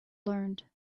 learned